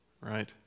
right